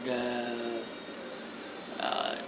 the err